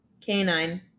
canine